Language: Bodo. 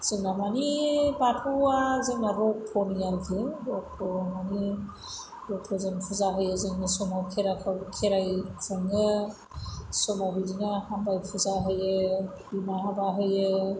जोंना मानि बाथौआ जोंना रक्ट'नि आरोखि रक्ट' मानि रक्ट'जों फुजा होयो जोङो समाव खेराइफ्राव खेराइ खुङो समाव बिदिनो हामबाय फुजा होयो बिमा हाबा होयो